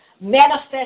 manifest